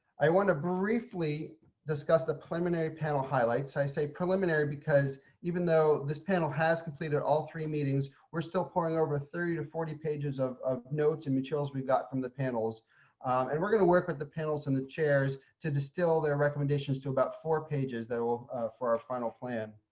i want to briefly discuss the preliminary panel highlights. i say preliminary because even though this panel has completed all three meetings, we're still poring over thirty to forty pages of of notes and materials. we've got from the panels and we're going to work with the panels and the chairs to distill their recommendations to about four pages for our final plan.